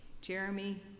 Jeremy